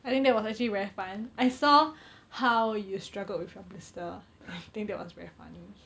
I think that was actually very fun I saw how you struggled with your blister I think that was very funny